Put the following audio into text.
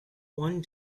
one